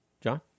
John